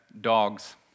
dogs